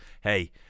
hey